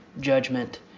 judgment